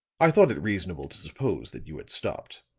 i thought it reasonable to suppose that you had stopped!